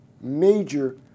major